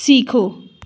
सीखो